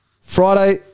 Friday